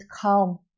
calm